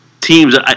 teams